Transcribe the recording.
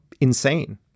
insane